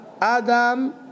Adam